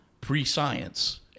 pre-science